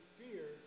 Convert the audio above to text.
fear